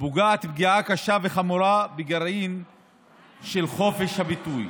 פוגעת פגיעה קשה וחמורה בגרעין של חופש הביטוי,